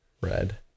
red